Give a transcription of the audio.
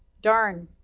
darn!